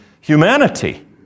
humanity